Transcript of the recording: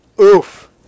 Oof